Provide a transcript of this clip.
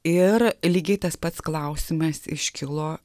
ir lygiai tas pats klausimas iškilo